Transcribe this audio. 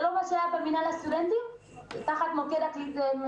זה לא מה שהיה במנהל הסטודנטים תחת מוקד הקליטה?